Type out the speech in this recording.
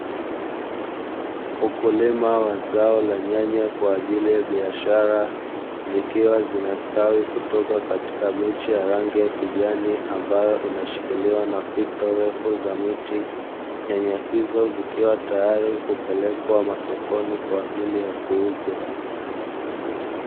Ukulima wa zao la nyanya kwa ajili ya biashara zikiwa zinastawi kutoka katika miche ya rangi ya kijani ambayo inashikiliwa na fito refu za miti; Nyanya hizo zikiwa tayari kupelekwa masokoni kwa ajili ya kuuzwa.